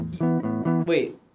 Wait